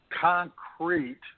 Concrete